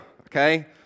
okay